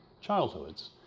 childhoods